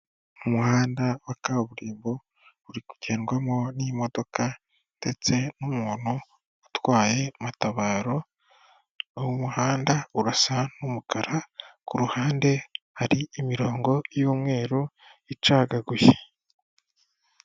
Umuhanda wa kaburimbo uri kugendwamo n'imodoka ndetse n'umuntu utwaye matabaro. Umuhanda urasa n'umukara kuruhande hari imirongo y'umweru icagaguye.